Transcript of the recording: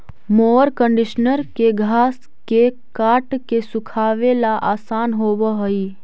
mower conditioner के घास के काट के सुखावे ला आसान होवऽ हई